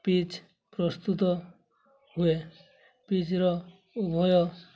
pitch ପ୍ରସ୍ତୁତ ହୁଏ ପିଚ୍ର ଉଭୟ